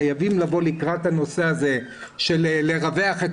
חייבים לבוא לקראת הנושא הזה של לרווח את